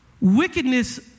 Wickedness